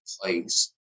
place